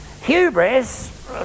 Hubris